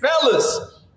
fellas